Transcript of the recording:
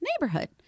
neighborhood